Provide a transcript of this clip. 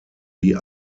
die